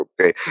okay